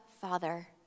Father